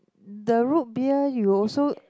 the Root beer you also